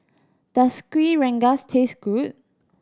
does Kuih Rengas taste good